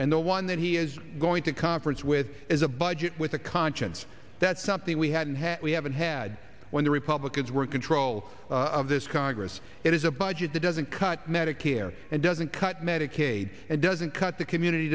and the one that he is going to conference with is a budget with a conscience that's something we hadn't we haven't had when the republicans were control of this congress it is a budget that doesn't cut medicare and doesn't cut medicaid it doesn't cut the community